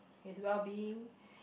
his well being